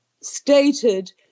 stated